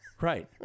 Right